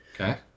Okay